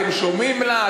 אתם שומעים לה?